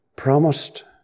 promised